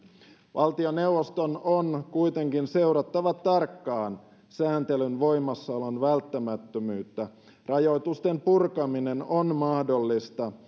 valtioneuvoston on kuitenkin seurattava tarkkaan sääntelyn voimassaolon välttämättömyyttä rajoitusten purkaminen on mahdollista